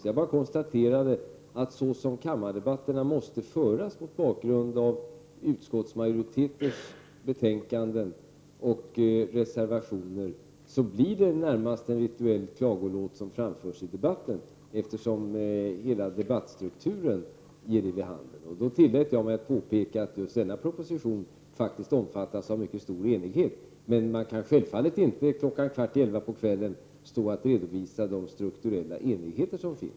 Jag konstaterade bara att såsom kammardebatterna måste föras mot bakgrund av utskottsmajoritetens skrivningar och till betänkandena avgivna reservationer blir det i det närmaste en rituell klagolåt som framförs, eftersom hela debattstrukturen ger detta vid handen. Jag tillät mig därför att påpeka att denna proposition faktiskt omfattas av en mycket stor enighet. Men man kan självfallet inte stå här kl. 22.45 och redovisa de strukturella enigheter som finns.